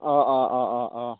অঁ অঁ অঁ অঁ অঁ